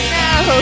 now